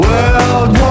World